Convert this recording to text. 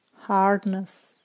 hardness